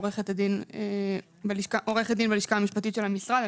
עורכת דין בלשכה המשפטית של המשרד.